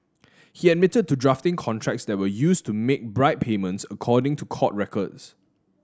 he admitted to drafting contracts that were used to make bribe payments according to court records